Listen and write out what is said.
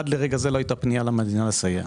עד לרגע זה לא היתה פנייה למדינה לסייע.